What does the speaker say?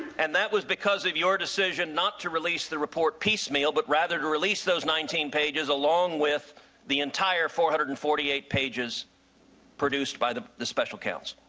and that was because of your decision not to release the report piece meal but rather to release those nineteen pages along with the entire four hundred and forty eight pages produced by the the special counsel.